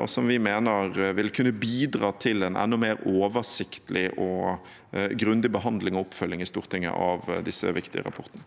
og som vi mener vil kunne bidra til en enda mer oversiktlig og grundig behandling og oppfølging i Stortinget av disse viktige rapportene.